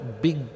big